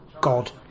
God